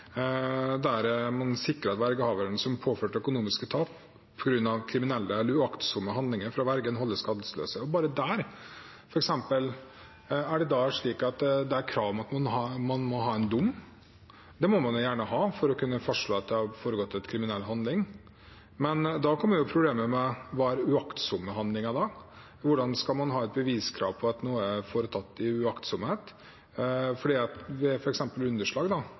der man «sikrer at vergehavere som er påført økonomisk tap på grunn kriminelle eller uaktsomme handlinger fra vergen, holdes skadesløse». Og bare der er det f.eks. slik at det er krav om at man må ha en dom. Det må man jo gjerne ha for å kunne fastslå at det har foregått en kriminell handling. Men da kommer problemet med hva som er uaktsomme handlinger. Hvordan skal man ha et beviskrav om at noe er foretatt i uaktsomhet? Ved f.eks. underslag er det ikke slik at man har en regel om uaktsomt underslag.